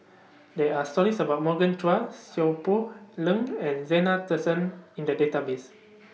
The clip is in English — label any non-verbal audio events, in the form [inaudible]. There Are stories about Morgan Chua Seow Poh Leng and Zena [unintelligible] in The Database